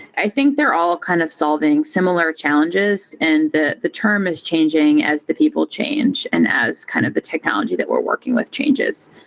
i think they're all kind of solving similar challenges and the the term is changing as the people change and as kind of the technology that we're working with changes.